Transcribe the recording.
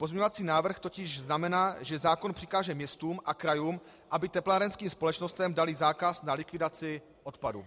Pozměňovací návrh totiž znamená, že zákon přikáže městům a krajům, aby teplárenským společnostem daly zákaz na likvidaci odpadu.